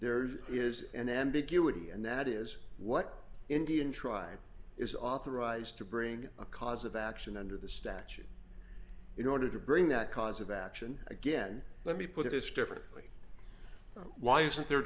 there is an ambiguity and that is what indian tribe is authorized to bring a cause of action under the statute in order to bring that cause of action again let me put it this differently why isn't the